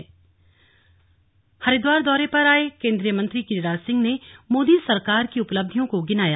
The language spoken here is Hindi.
स्लग गिरिराज सिंह हरिद्वार दौरे पर आए केंद्रीय मंत्री गिरिराज सिंह ने मोदी सरकार की उपलब्धियों को गिनाया